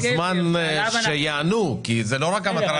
רגיל שיכול